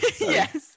yes